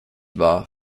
war